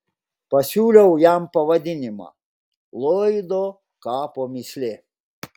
pasiūliau jam pavadinimą lloydo kapo mįslė